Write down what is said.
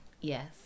Yes